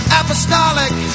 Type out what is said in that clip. apostolic